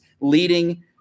leading